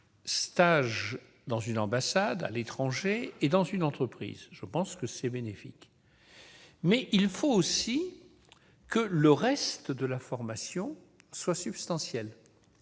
locale, dans une ambassade à l'étranger ou dans une entreprise, sont très précieux et bénéfiques, mais il faut aussi que le reste de la formation soit substantiel.